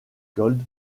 gold